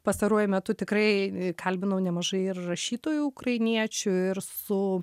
pastaruoju metu tikrai kalbinau nemažai ir rašytojų ukrainiečių ir su